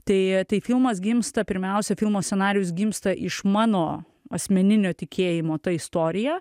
tai tai filmas gimsta pirmiausia filmo scenarijus gimsta iš mano asmeninio tikėjimo ta istorija